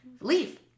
leave